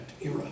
era